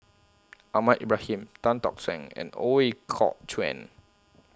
Ahmad Ibrahim Tan Tock Seng and Ooi Kok Chuen